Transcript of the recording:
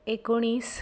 एकोणीस